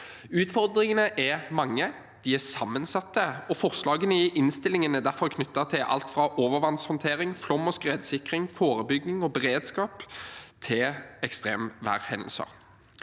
Utfordringene er mange. De er sammensatte, og forslagene i innstillingen er derfor knyttet til alt fra overvannshåndtering, flom- og skredsikring, forebygging og beredskap til ekstremværhendelser.